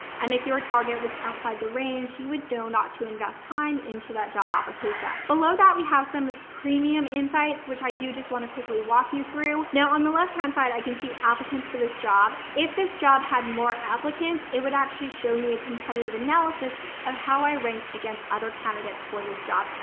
and if your target was outside, the, he would know not to invest time into that job application below that we have some premium insights, which i do just want to quickly walk you through. now on the left hand side, i can see applicants for this job. if this job had more applicants, it would actually show me a competitive analysis of how i ranked against other candidates for this job.